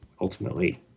ultimately